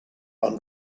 run